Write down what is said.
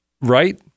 Right